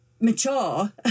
Mature